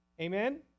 Amen